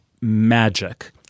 magic